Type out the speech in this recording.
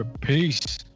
peace